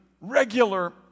regular